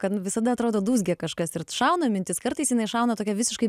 kad visada atrodo dūzgia kažkas ir šauna mintis kartais šauna tokia visiškai